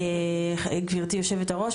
גברתי היושבת-ראש,